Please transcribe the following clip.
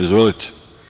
Izvolite.